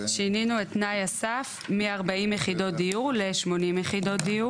שינינו את תנאי הסף מ-40 יחידות דיור ל-80 יחידות דיור.